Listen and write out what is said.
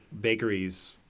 bakeries